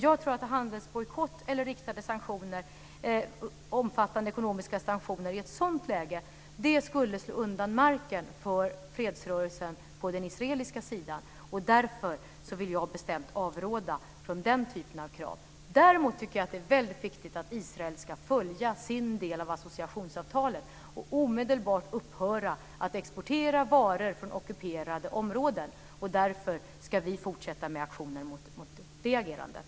Jag tror att en handelsbojkott eller riktade sanktioner omfattande ekonomiska sanktioner i ett sådant läge skulle slå undan marken för fredsrörelsen på den israeliska sidan, och därför vill jag bestämt avråda från den typen av krav. Däremot tycker jag att det är väldigt viktigt att Israel ska följa sin del av associationsavtalet och omedelbart upphöra att exportera varor från ockuperade områden. Därför ska vi fortsätta med aktionen mot det agerandet.